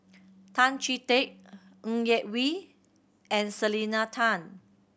Tan Chee Teck Ng Yak Whee and Selena Tan